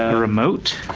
ah remote?